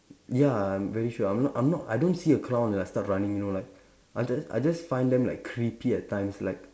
ya I'm very sure I'm not I'm not I don't see a clown and I start running you know like I just I just find them like creepy at times like